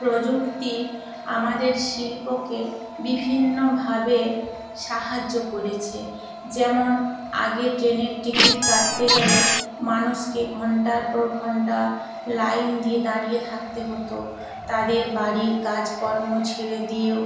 প্রযুক্তি আমাদের শিল্পকে বিভিন্নভাবে সাহায্য করেছে যেমন আগে ট্রেনের টিকিট কাটতে গেলে মানুষকে ঘন্টার পর ঘন্টা লাইন দিয়ে দাঁড়িয়ে থাকতে হতো তাদের বাড়ির কাজ কর্ম ছেড়ে দিয়েও